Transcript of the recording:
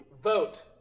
Vote